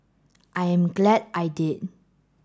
I am glad I did